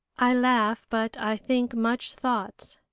i laugh, but i think much thoughts.